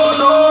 no